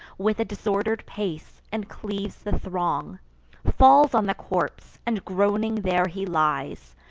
with a disorder'd pace, and cleaves the throng falls on the corpse and groaning there he lies,